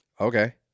okay